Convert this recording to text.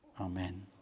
Amen